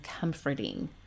comforting